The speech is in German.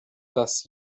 das